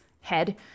head